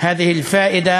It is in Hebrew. התועלת הזאת,